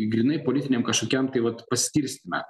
grynai politiniam kažkokiam tai vat paskirstyme